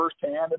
firsthand